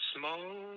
Small